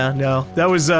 ah no that was, ah,